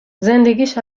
زندگیش